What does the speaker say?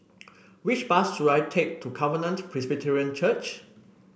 which bus should I take to Covenant Presbyterian Church